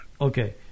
Okay